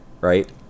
right